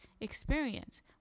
experience